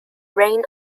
reign